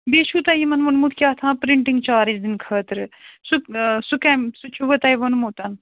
بیٚیہِ چھُو تۄہہِ یِمَن ووٚنمُت کیٛاہتھام پِرٛنٛٹِنٛگ چارٕج دِنہٕ خٲطرٕ سُہ سُہ کَمہِ سُہ چھُوا تۄہہِ ووٚنمُت